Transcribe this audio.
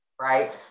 right